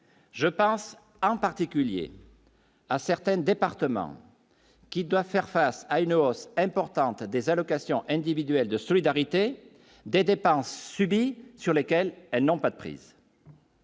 je pense en particulier. Incertaine départements qui doit faire face à une hausse importante des allocations individuelles de solidarité des dépenses subit sur lesquels elles n'ont pas de prise.